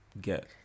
get